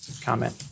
comment